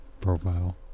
profile